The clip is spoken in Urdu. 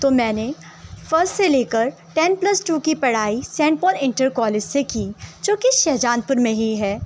تو میں نے فرسٹ سے لے کر ٹین پلس ٹو کی پڑھائی سینٹ پال انٹر کالج سے کی جو کہ شہجان پور میں ہی ہے